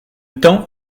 temps